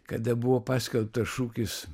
kada buvo paskelbtas šūkis